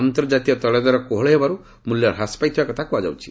ଅନ୍ତର୍ଜାତୀୟ ତୈଳ ଦର କୋହଳ ହେବାରୁ ମୂଲ୍ୟ ହ୍ରାସ ପାଇଥିବା କଥା କୁହାଯାଉଛି